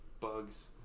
bugs